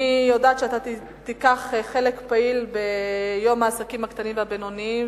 אני יודעת שאתה תיקח חלק פעיל ביום העסקים הקטנים והבינוניים,